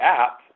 app